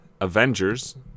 Avengers